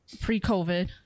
Pre-COVID